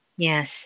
Yes